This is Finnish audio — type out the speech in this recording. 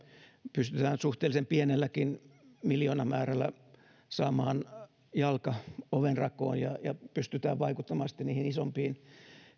pystytään suhteellisen pienelläkin miljoonamäärällä saamaan jalka ovenrakoon ja ja pystytään vaikuttamaan sitten niihin isompiin